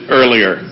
earlier